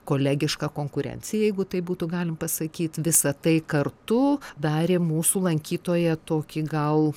kolegiška konkurencija jeigu taip būtų galim pasakyt visa tai kartu darė mūsų lankytoją tokį gal